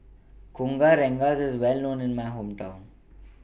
Kueh Rengas IS Well known in My Hometown